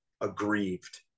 aggrieved